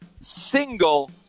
single